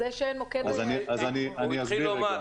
הוא התחיל לומר.